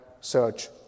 search